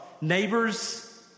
neighbors